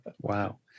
Wow